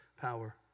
power